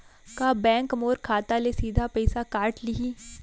का बैंक मोर खाता ले सीधा पइसा काट लिही?